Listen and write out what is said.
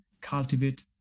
cultivate